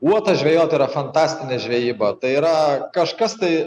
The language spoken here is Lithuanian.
uotą žvejot yra fantastinė žvejyba tai yra kažkas tai